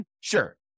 Sure